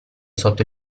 sotto